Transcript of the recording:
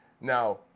Now